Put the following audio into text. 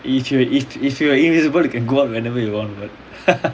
if you if if you are invisible you can go out whenever you want but